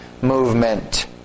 movement